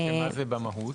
ש-מה זה במהות?